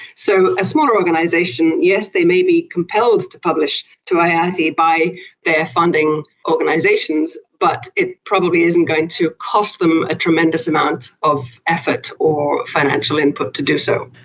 so a smaller organisation, yes, they may be compelled to publish to iati iati by their funding organisations, but it probably isn't going to cost them a tremendous amount of effort or financial input to do so.